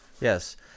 Yes